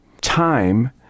time